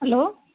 hello